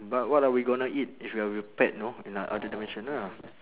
but what are we gonna eat if we are we are pet know in a other dimension ah